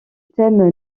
thème